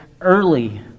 early